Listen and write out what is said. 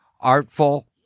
artful